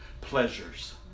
pleasures